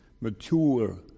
mature